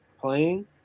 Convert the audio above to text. playing